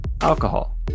alcohol